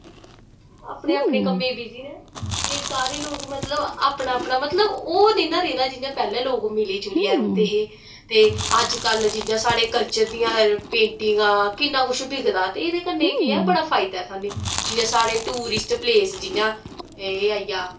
अपने अपने कम्मे च बिजी नै एह् सारे लोग मतलव अपना अपना मतलव ओह् निं ना रेह् दा जियां पैह्लैं लोग मिली जुलियै रौंह्दे हे ते अजकल्ल जियां साढ़े कल्चर दियां पेंटिगा किन्ना कुश बिकदा ते एह्दै कन्नै केह् ऐ बड़ा फायदा साह्नी जियां साढ़े टूरिस्ट प्लेस जियां एह् आई गेआ